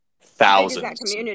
Thousands